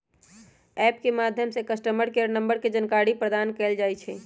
app के माध्यम से कस्टमर केयर नंबर के जानकारी प्रदान कएल जाइ छइ